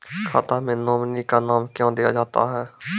खाता मे नोमिनी का नाम क्यो दिया जाता हैं?